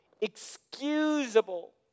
excusable